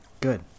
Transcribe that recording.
Good